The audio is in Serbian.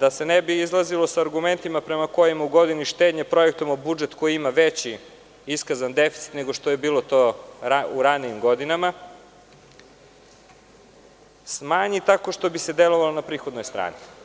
kako se ne bi izllazilo sa argumentima prema kojima u godini štednje projektujemo budžet koji ima veći iskazani deficit nego što je to bio slučaj u prethodnoj godini, smanji tako što bi se delovalo na prihodnoj strani.